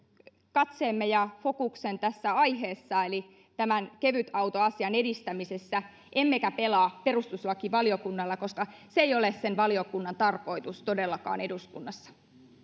katseemme ja fokuksen tässä aiheessa eli tämän kevytautoasian edistämisessä emmekä pelaa perustuslakivaliokunnalla koska se ei todellakaan ole sen valiokunnan tarkoitus eduskunnassa